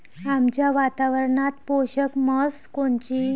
आमच्या वातावरनात पोषक म्हस कोनची?